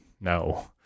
No